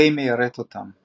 קיי מיירט אותם.